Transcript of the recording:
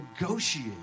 negotiate